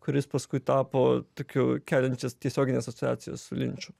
kuris paskui tapo tokiu keliančias tiesiogines asociacijas su linču